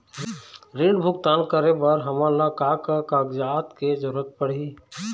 ऋण भुगतान करे बर हमन ला का का कागजात के जरूरत पड़ही?